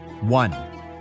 One